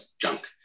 junk